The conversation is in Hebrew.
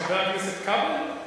לחבר הכנסת כבל?